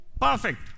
perfect